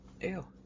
Ew